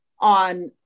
on